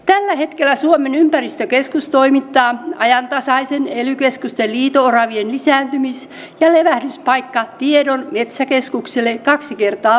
tällä hetkellä suomen ympäristökeskus toimittaa ajantasaisen ely keskusten liito oravien lisääntymis ja levähdyspaikkatiedon metsäkeskukselle kaksi kertaa vuodessa